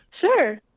Sure